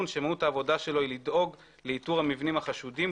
שמהות העבודה שלו היא לדאוג לאיתור המבנים החשודים,